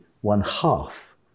one-half